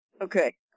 Okay